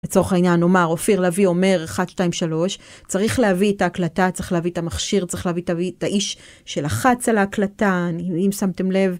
לצורך העניין, נאמר אופיר לביא אומר 123, צריך להביא את ההקלטה, צריך להביא את המכשיר, צריך להביא את האיש שלחץ על ההקלטה, אם שמתם לב.